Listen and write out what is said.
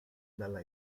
dalla